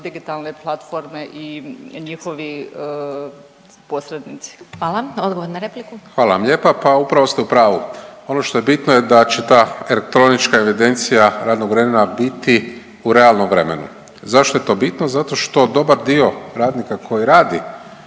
digitalne platforme i njihovi posrednici. **Glasovac, Sabina (SDP)** Hvala. Odgovor na repliku. **Pavić, Marko (HDZ)** Hvala vam lijepa. Pa upravo ste u pravu. Ono što je bitno je da će ta elektronička evidencija radnog vremena biti u realnom vremenu. Zašto je to bitno? Zato što dobar dio radnika koji radi